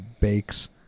bakes